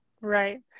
Right